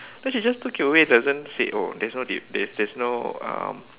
then she just took it away doesn't say oh there's no di~ there there's no um